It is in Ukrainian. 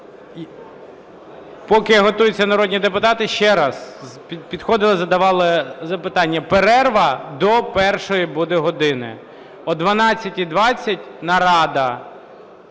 Поки готуються народні депутати, ще раз, підходили і задавали запитання: перерва до першої буде години. О 12:20 нарада